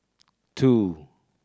two